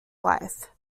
wife